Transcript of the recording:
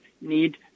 need